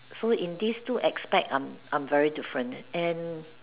so in these two aspect I'm I'm very different and